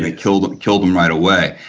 and it killed him killed him right away.